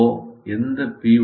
ஓ எந்த பி